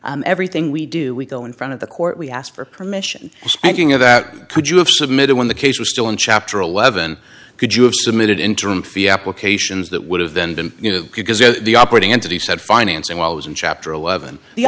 i everything we do we go in front of the court we ask for permission and you know that could you have submitted when the case was still in chapter eleven could you have submitted interim fee applications that would have then been you know the operating entity said financing while i was in chapter eleven the